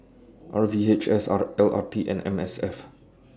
R V H S L R T and M S F